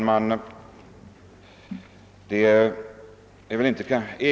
Herr talman!